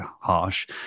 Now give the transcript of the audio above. harsh